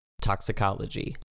Toxicology